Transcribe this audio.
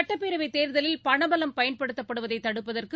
சுட்டப்பேரவைதேர்தலில் பணபலம் பயன்படுத்தப்படுவதைதடுப்பதற்கு